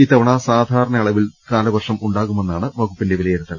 ഇത്തവണ സാധാരണ അളവിൽ കാലവർഷം ഉണ്ടാകുമെന്നാണ് വകു പ്പിന്റെ വിലയിരുത്തൽ